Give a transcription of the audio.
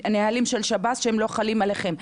הנהלים של שב"ס לא חלים עליכם,